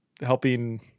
helping